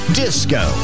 disco